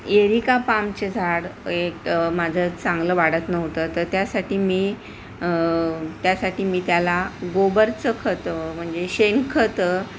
Erica पामचे झाड एक माझं चांगलं वाढत नव्हतं तर त्यासाठी मी त्यासाठी मी त्याला गोबरचं खतं म्हणजे शेणखतं